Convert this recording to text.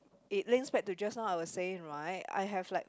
it links back to just now I was saying right I have like